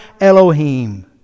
Elohim